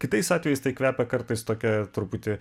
kitais atvejais tai kvepia kartais tokia truputį